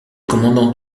commandant